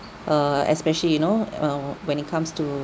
err especially you know uh when it comes to